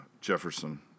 Jefferson